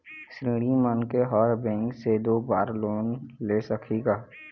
ऋणी मनखे हर बैंक से दो बार लोन ले सकही का?